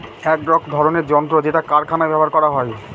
এক ধরনের যন্ত্র যেটা কারখানায় ব্যবহার করা হয়